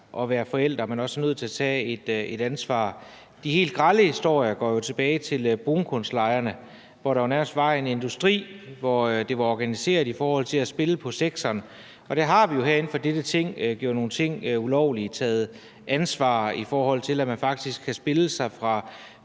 at være forældre, altså at man også er nødt til at tage et ansvar. De helt grelle historier går tilbage til brunkulslejerne, hvor der jo nærmest var en industri, i forhold til at det var organiseret at spille på sekseren. Og der har vi jo herinde i dette Ting gjort nogle ting ulovlige og taget ansvar, i forhold til at man faktisk kan spille sig fra